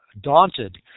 daunted